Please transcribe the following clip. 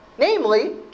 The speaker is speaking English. Namely